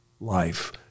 life